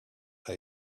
elle